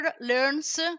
learns